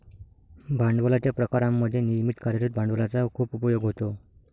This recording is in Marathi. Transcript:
भांडवलाच्या प्रकारांमध्ये नियमित कार्यरत भांडवलाचा खूप उपयोग होतो